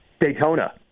Daytona